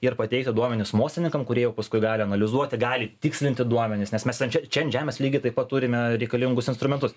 ir pateikti duomenis mokslininkam kurie jau paskui gali analizuoti gali tikslinti duomenis nes mes ant čia čia ant žemės lygiai taip pat turime reikalingus instrumentus